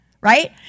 right